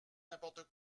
n’importe